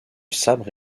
sabre